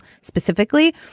specifically